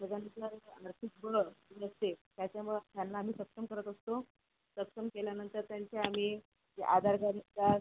त्याच्यानंतर आर्थिक बळ नसते त्याच्यामुळं त्यांना आम्ही सक्षम करत असतो सक्षम केल्यानंतर त्यांचे आम्ही आधार कार्ड असतात